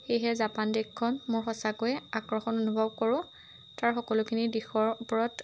সেয়েহে জাপান দেশখন মোৰ সঁচাকৈ আকৰ্ষণ অনুভৱ কৰোঁ তাৰ সকলোখিনি দিশৰ ওপৰত